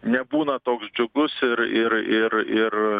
nebūna toks džiugus ir ir ir ir